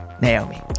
Naomi